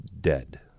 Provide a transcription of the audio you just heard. dead